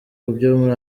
muri